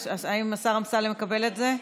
האם השר אמסלם מקבל את זה?